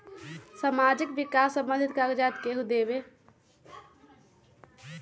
समाजीक विकास संबंधित कागज़ात केहु देबे?